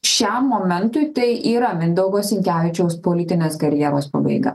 šiam momentui tai yra mindaugo sinkevičiaus politinės karjeros pabaiga